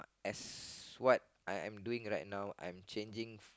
as what I am doing right now I am changing